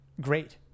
great